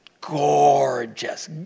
gorgeous